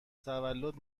تولد